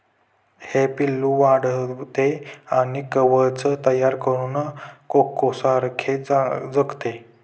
हे पिल्लू वाढते आणि कवच तयार करून कोकोसारखे जगते